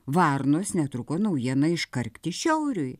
varnos netruko naujieną iškarkti šiauriui